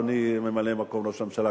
אדוני ממלא-מקום ראש הממשלה,